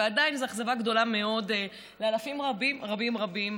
ועדיין זו אכזבה גדולה מאוד לאלפים רבים רבים רבים,